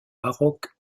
baroque